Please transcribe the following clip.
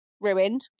ruined